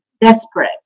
Desperate